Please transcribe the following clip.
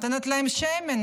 נותנת להם שמן,